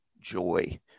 joy